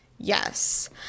Yes